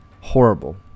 horrible